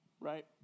right